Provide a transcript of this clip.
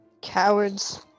Cowards